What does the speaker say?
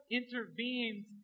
intervenes